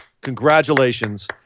Congratulations